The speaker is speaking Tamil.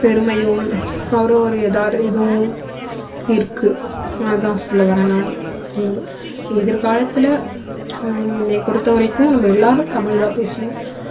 பெருமையும் ஒரு ஒரு எதாவது இதுவும் இருக்கு அதான் சொல்ல வரேன் நான் எதிர்காலத்தில் என்னைய பொறுத்தவரைக்கும் நம்ம எல்லாரும் தமிழ்தான் பேசணும்